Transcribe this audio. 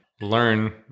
learn